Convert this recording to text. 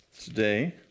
Today